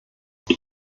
die